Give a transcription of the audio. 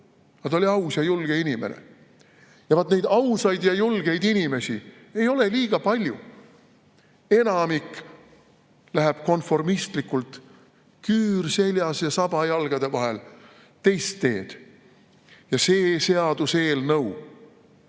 Ta oli aus ja julge inimene. Ja vaat neid ausaid ja julgeid inimesi ei ole liiga palju. Enamik läheb konformistlikult, küür seljas ja saba jalgade vahel, teist teed. Ja see seaduseelnõu